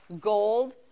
gold